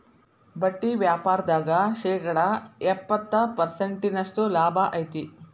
ಬಟ್ಟಿ ವ್ಯಾಪಾರ್ದಾಗ ಶೇಕಡ ಎಪ್ಪ್ತತ ಪರ್ಸೆಂಟಿನಷ್ಟ ಲಾಭಾ ಐತಿ